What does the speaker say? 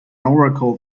oracle